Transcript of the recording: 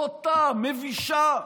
בוטה, מבישה,